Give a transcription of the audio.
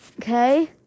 Okay